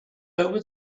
over